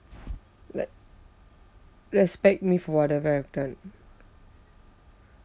like respect me for whatever I've done